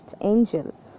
Angel